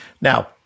Now